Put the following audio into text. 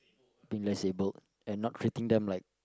being less able and not treating them like